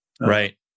Right